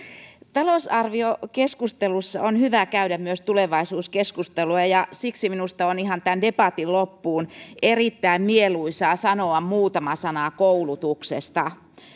talousarviokeskustelussa on hyvä käydä myös tulevaisuuskeskustelua ja ja siksi minusta on ihan tämän debatin loppuun erittäin mieluisaa sanoa muutama sana koulutuksesta